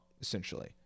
essentially